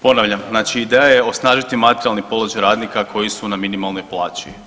Ponavljam, znači ideja je osnažiti materijalni položaj radnika koji su na minimalnoj plaći.